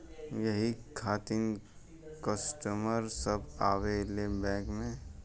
यही खातिन कस्टमर सब आवा ले बैंक मे?